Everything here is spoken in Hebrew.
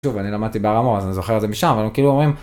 שוב אני למדתי ברמות אז אני זוכר את זה משם הם כאילו אומרים.